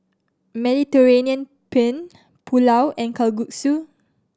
Mediterranean Penne Pulao and Kalguksu